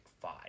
five